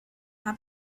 have